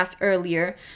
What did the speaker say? earlier